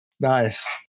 Nice